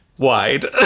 wide